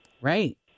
right